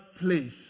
place